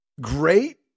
great